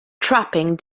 trapping